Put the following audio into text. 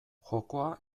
jokoa